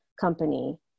company